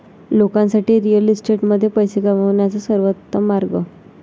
लोकांसाठी रिअल इस्टेटमध्ये पैसे कमवण्याचा सर्वोत्तम मार्ग